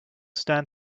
stand